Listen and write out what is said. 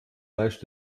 leicht